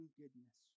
goodness